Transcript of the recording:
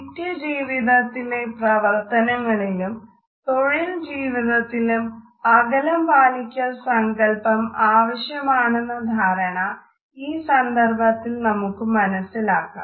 നിത്യ ജീവിതത്തിലെ പ്രവർത്തനങ്ങളിലും തൊഴിൽജീവിതത്തിലും അകലം പാലിക്കൽ സങ്കല്പം ആവശ്യമാണെന്ന ധാരണ ഈ സന്ദർഭത്തിൽ നമുക്ക് മനസ്സിലാക്കാം